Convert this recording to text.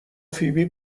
فیبی